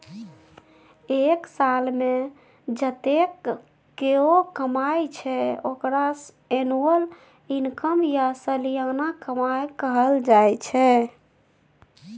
एक सालमे जतेक केओ कमाइ छै ओकरा एनुअल इनकम या सलियाना कमाई कहल जाइ छै